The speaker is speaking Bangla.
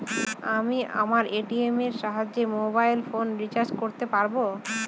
আমি আমার এ.টি.এম এর সাহায্যে মোবাইল ফোন রিচার্জ করতে পারব?